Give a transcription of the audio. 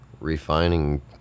refining